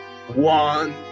One